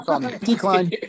Decline